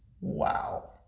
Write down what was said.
wow